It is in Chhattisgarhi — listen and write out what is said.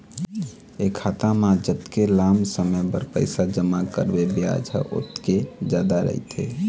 ए खाता म जतके लाम समे बर पइसा जमा करबे बियाज ह ओतके जादा रहिथे